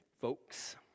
folks